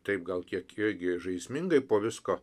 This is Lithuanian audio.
taip gal kiek irgi žaismingai po visko